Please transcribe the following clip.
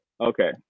Okay